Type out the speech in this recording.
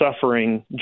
suffering